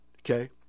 okay